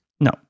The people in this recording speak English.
No